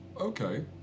Okay